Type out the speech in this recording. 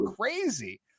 crazy